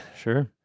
Sure